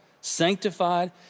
sanctified